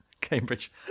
Cambridge